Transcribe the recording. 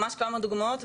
ממש כמה דוגמאות,